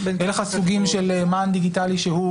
יהיה לך סוגים של מען דיגיטלי שהוא,